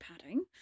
padding